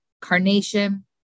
Carnation